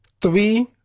three